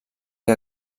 que